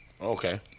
Okay